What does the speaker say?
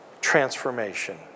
Transformation